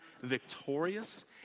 victorious